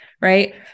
Right